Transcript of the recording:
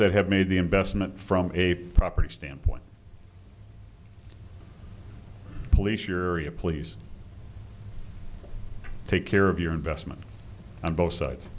that have made the investment from a property standpoint police you're please take care of your investment on both sides